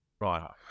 Right